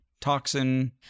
toxin